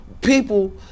people